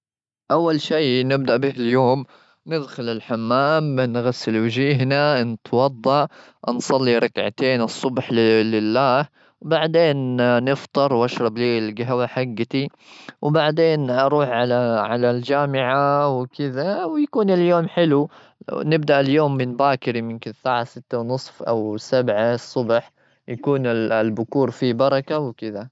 أول شيء نبدأ به اليوم ندخل الحمام، منغسل وجيهنا نتوضأ، أنصلي ركعتين الصبح لله. بعدين نفطر وأشرب لي القهوة حجتي. وبعدين أروح على-على الجامعة وكذا، ويكون اليوم حلو. نبدأ اليوم من باكر، يمكن من الساعة ستة ونص أو سبعة الصبح. يكون ال-البكور فيه بركة وكذا.